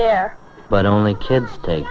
there but only kids take